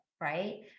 right